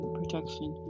protection